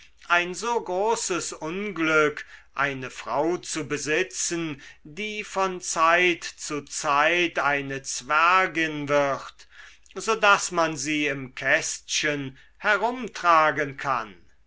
ein so großes unglück eine frau zu besitzen die von zeit zu zeit eine zwergin wird so daß man sie im kästchen herumtragen kann